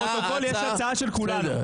לפרוטוקול, יש הצעה של כולנו.